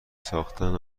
ساختن